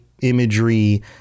imagery